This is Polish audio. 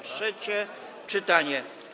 Trzecie czytanie.